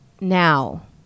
now